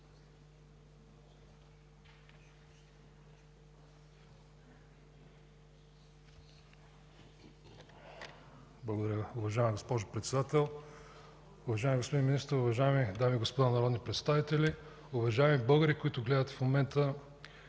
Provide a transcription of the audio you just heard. Благодаря, уважаема госпожо Председател. Уважаеми господин Министър, уважаеми дами и господа народни представители, уважаеми българи, които гледате в момента